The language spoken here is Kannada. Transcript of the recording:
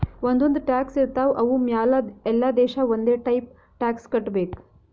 ಒಂದ್ ಒಂದ್ ಟ್ಯಾಕ್ಸ್ ಇರ್ತಾವ್ ಅವು ಮ್ಯಾಲ ಎಲ್ಲಾ ದೇಶ ಒಂದೆ ಟೈಪ್ ಟ್ಯಾಕ್ಸ್ ಕಟ್ಟಬೇಕ್